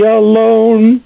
alone